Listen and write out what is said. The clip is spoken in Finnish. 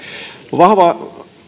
vahva